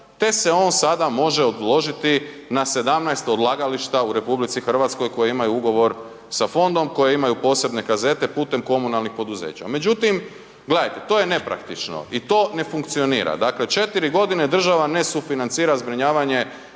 te se sada on može odložiti na 17 odlagališta u RH koja imaju ugovor sa fondom, koja imaju posebne kazete putem komunalnih poduzeća. Međutim, gledajte to je nepraktično i to ne funkcionira. Dakle četiri godine država ne sufinancira zbrinjavanje